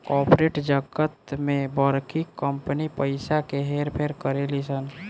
corporate जगत में बड़की कंपनी पइसा के हेर फेर करेली सन